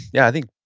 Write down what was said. yeah, i think,